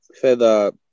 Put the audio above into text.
further